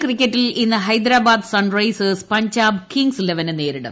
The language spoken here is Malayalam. എൽ ക്രിക്കറ്റിൽ ഇന്ന് ഹൈദരാബാദ് സൺറൈസേഴ്സ് പഞ്ചാബ് കിംങ്ങ്സ് ഇലവനെ നേരിടും